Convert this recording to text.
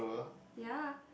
ya